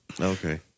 Okay